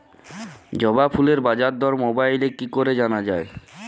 জবা ফুলের বাজার দর মোবাইলে কি করে জানা যায়?